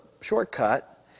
shortcut